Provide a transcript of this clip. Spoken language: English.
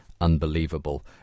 unbelievable